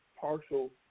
partial